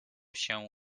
się